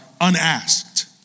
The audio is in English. unasked